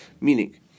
Meaning